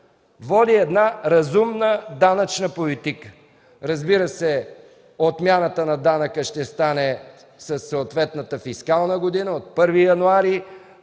води разумна данъчна политика. Разбира се, отмяната на данъка ще стане със съответната фискална година – от 1 януари